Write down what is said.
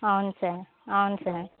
అవును సార్ అవును సార్